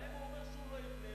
להם הוא אומר שהוא לא יבנה,